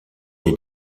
des